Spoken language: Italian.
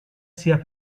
sia